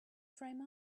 frame